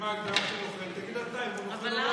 תראה מה ההגדרה של "נוכל" תגיד אתה אם הוא נוכל או לא נוכל.